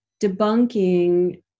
debunking